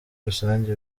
rusange